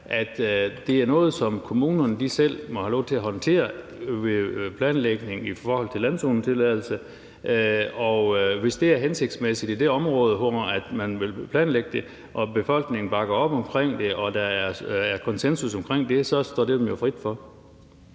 at det er noget, som kommunerne selv må have lov til at håndtere, altså planlægning i forhold til landzonetilladelse. Og hvis det er hensigtsmæssigt i det område, hvor man vil planlægge det, og hvis befolkningen bakker op omkring det og der er konsensus omkring det, så står det jo dem frit for.